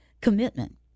commitment